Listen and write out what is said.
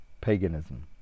paganism